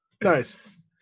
Nice